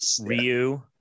Ryu